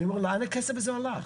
לאן הכסף הזה הלך?